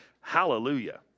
Hallelujah